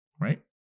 right